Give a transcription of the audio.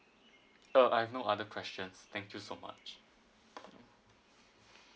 uh I've no other questions thank you so much